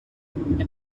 and